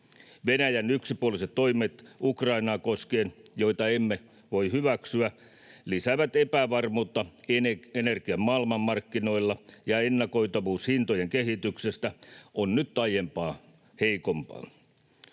Venäjän yksipuoliset toimet Ukrainaa koskien, joita emme voi hyväksyä, lisäävät epävarmuutta energian maailmanmarkkinoilla, ja ennakoitavuus hintojen kehityksestä on nyt aiempaa heikompaa.